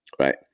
right